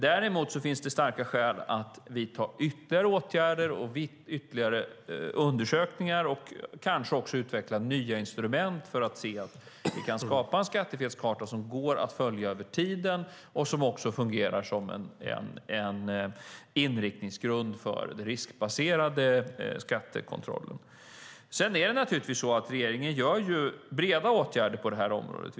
Däremot finns det starka skäl att vidta ytterligare åtgärder och göra ytterligare undersökningar, samt kanske utveckla nya instrument för att se om vi kan skapa en skattefelskarta som går att följa över tid och som även fungerar som en inriktningsgrund för den riskbaserade skattekontrollen. Sedan är det naturligtvis så att regeringen vidtar breda åtgärder på området.